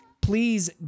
Please